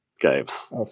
games